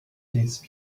these